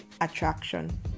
attraction